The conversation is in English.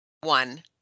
one